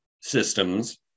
systems